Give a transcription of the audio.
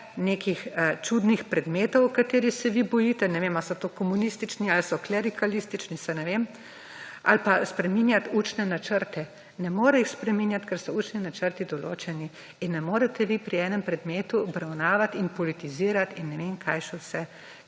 nekih čudnih predmetov, katerih se vi bojite, ne vem, ali so to komunistični ali so to »klerikalistični«, saj ne vem ali pa spreminjat učne načrte. Ne more jih spreminjat, ker so učni načrti določeni in ne morete vi pri enem predmetu obravnavat in politizirat in ne vem kaj še vse,